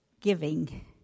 giving